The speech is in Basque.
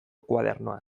koadernoan